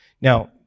Now